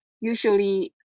usually